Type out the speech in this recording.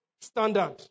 standard